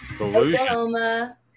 Oklahoma